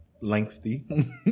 lengthy